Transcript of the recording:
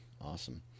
Awesome